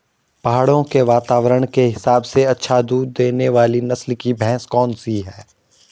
पहाड़ों के वातावरण के हिसाब से अच्छा दूध देने वाली नस्ल की भैंस कौन सी हैं?